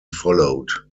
followed